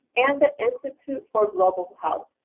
and the institute for global health.